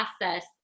process